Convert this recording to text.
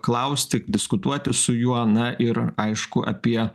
klausti diskutuoti su juo na ir aišku apie